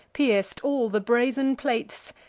pierc'd all the brazen plates,